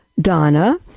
Donna